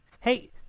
Hey